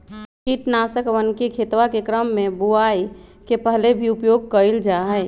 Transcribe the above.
कीटनाशकवन के खेतवा के क्रम में बुवाई के पहले भी उपयोग कइल जाहई